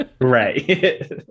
Right